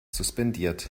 suspendiert